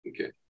Okay